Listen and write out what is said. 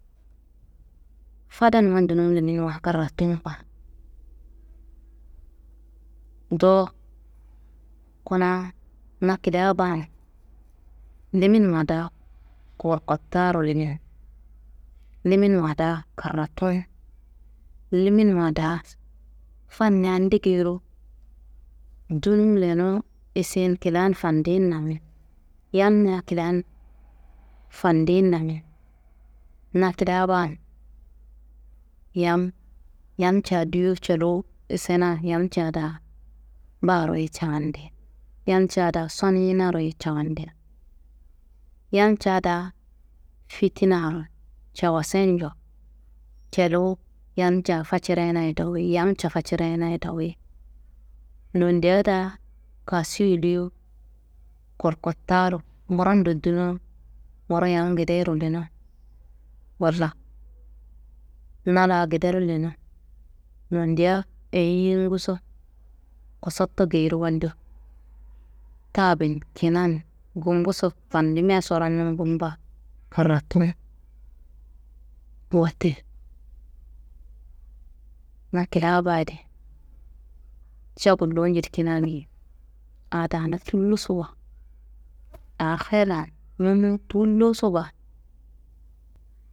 Fadanuman dunum liminwa karratum baa. Dowo kuna na kilia baan liminwa daa koworkottaro limin, liminwa daa karratun, liminwa daa fannian ndegeyiro dunu lenu isin kilian fandinnamin, yamnia kilian fandinamin, na kilia baan, yam yamca duyo coluwu isena yamca daa baro ye cawandi, yamca daa soninaro ye cawandi, yamca daa fitinaro cawasei njo celuwu yamca facerena ye dowuyi, yamca facerena ye dowuyi, nondia daa kasiyo liyo koworkottaro ngurondo duno, nguro yam gedeyero leno walla na laa gedero leno, nondia eyiyinguso kusotto geyiro wallo tabi n kina n gumbuso fandimaso rangun bumba, karratum. Wote na kilia baa di ca gullu njedikina geyi aa daana tulloso baa, aa helan ñommo tulloso baa.